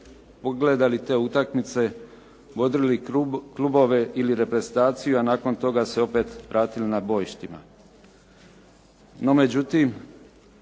pogledali te utakmice, bodrili klubove ili reprezentaciju a nakon toga se opet vratila na bojišta. No međutim,